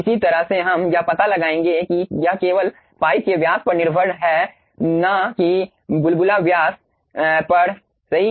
इसी तरह से हम यह पता लगाएंगे कि यह केवल पाइप के व्यास पर निर्भर है न कि बुलबुला व्यास पर सही